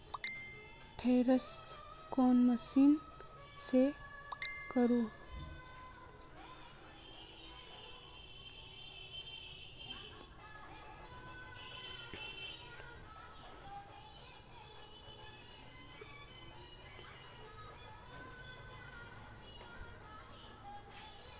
Thresher कौन मशीन से करबे?